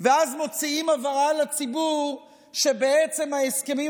ואז מוציאים הבהרה לציבור שבעצם ההסכמים